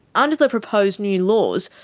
ah under the proposed new laws,